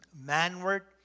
Manward